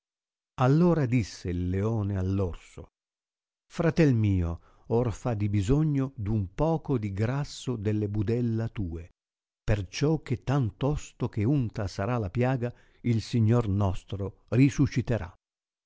ora disse il leone all'orso fratel mio or fa dibisogno d'un poco di grasso delle budella tue perciò che tantosto che unta sarà la piaga il signor nostro risusciterà